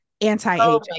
anti-aging